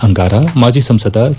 ಅಂಗಾರ ಮಾಜಿ ಸಂಸದ ಕೆ